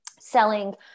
selling